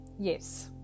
Yes